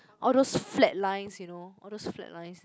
all those flat lines you know all those flat lines